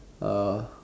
uh